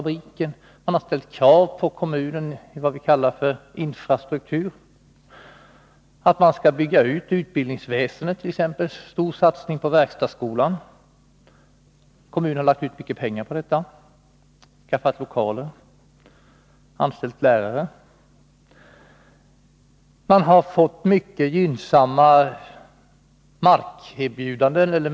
Det ställdes krav på kommunen beträffande det som vi kallar infrastruktur. skulle byggas ut, och det skulle bli en stor satsning på verkstadsskolan. Kommunen har lagt ut mycket pengar på det här: skaffat lokaler, anställt lärare m.m.